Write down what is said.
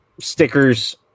Stickers